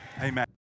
Amen